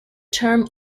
term